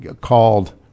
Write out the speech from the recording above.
called